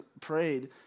prayed